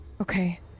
Okay